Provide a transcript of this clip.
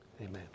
amen